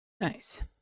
Nice